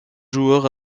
joueur